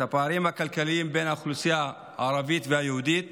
הפערים הכלכליים בין האוכלוסייה הערבית ליהודית